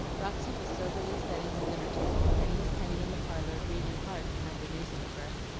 roxy was soberly setting the dinner-table, and miss henny in the parlor breathing hard behind a newspaper.